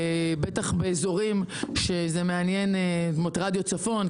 בטח באזורים כמו של רדיו צפון,